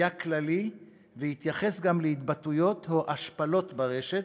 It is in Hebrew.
היה כללי והתייחס גם להתבטאויות או השפלות ברשת,